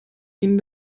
ihnen